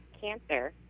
cancer